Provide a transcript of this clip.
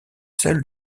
celle